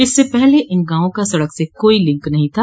इससे पहले इन गांवों का सड़क से कोई लिंक नहीं था